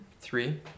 three